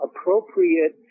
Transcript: appropriate